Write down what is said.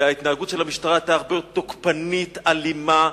וההתנהגות של המשטרה היתה הרבה יותר תוקפנית ואלימה,